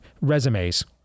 resumes